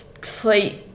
treat